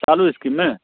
चालू इस्कीम में